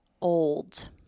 old